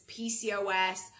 PCOS